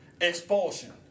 expulsion